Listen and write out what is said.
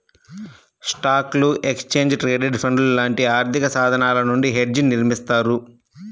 స్టాక్లు, exchange traded ఫండ్లు లాంటి ఆర్థికసాధనాల నుండి హెడ్జ్ని నిర్మిత్తారు